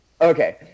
Okay